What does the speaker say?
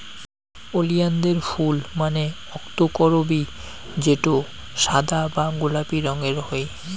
ওলিয়ানদের ফুল মানে অক্তকরবী যেটো সাদা বা গোলাপি রঙের হই